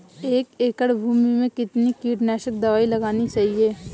एक एकड़ भूमि में कितनी कीटनाशक दबाई लगानी चाहिए?